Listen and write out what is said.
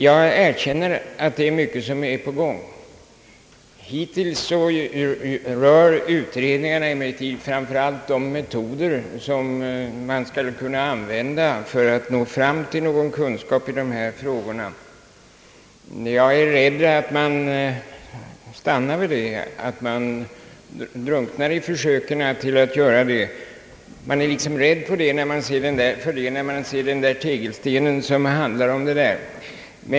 Jag erkänner att mycket är på gång. Hittills rör utredningarna emellertid framför allt de metoder, som man skall kunna använda för att nå fram till någon kunskap i dessa frågor. Jag är rädd att man stannar vid det och att man drunknar i sina försök att finna sådana. Vi blir rädda för det när vi ser den tegelstensvolym som handlar om detta.